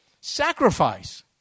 Sacrifice